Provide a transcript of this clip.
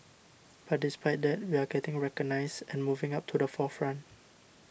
but despite that we are getting recognised and moving up to the forefront